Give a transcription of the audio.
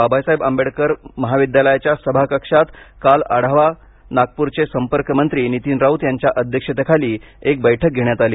बाबासाहेब आंबेडकर महाविद्यालयाच्या सभाकक्षात काल आढावा नागपूरचे संपर्कमंत्री नीतीन राऊत यांच्या अध्यक्षतेखाली बैठकही घेण्यात आली